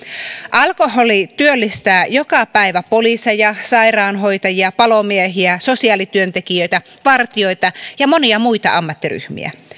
alkoholi työllistää joka päivä poliiseja sairaanhoitajia palomiehiä sosiaalityöntekijöitä vartijoita ja monia muita ammattiryhmiä